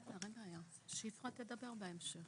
אפשר לבוא ולראות שבסך הכול יש עלייה במספר